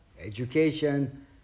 education